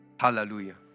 Hallelujah